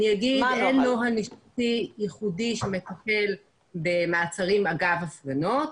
אני אומר שאין נוהל משפטי ייחודי שמטפל במעצרים אגב הפגנות.